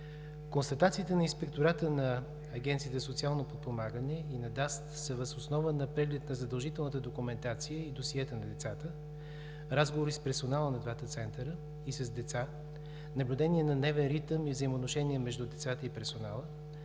Констатациите на Инспектората на Агенцията за социално подпомагане и на ДАЗД са въз основа на преглед на задължителната документация и досиета на децата; разговори с персонала на двата центъра и с деца; наблюдение на дневен ритъм и взаимоотношения между децата и персонала;